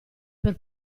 per